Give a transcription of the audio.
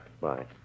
Bye